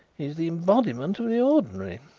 he is the embodiment of the ordinary.